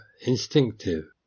instinctive